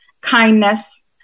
kindness